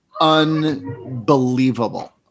unbelievable